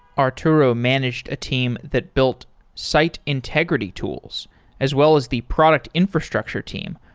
arturo managed a team that built site integrity tools as well as the product infrastructure team,